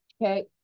Okay